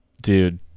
dude